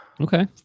okay